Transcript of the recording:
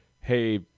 hey